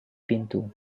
pintu